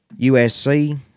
USC